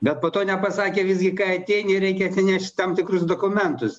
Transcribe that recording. bet po to nepasakė visgi kai ateini reikia atsinešt tam tikrus dokumentus